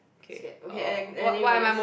scared okay an~ anyways